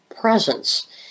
presence